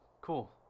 Cool